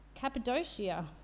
Cappadocia